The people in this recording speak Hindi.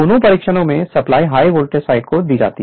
दोनों परीक्षणों में सप्लाई हाई वोल्टेज साइड को दी जाती है